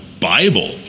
Bible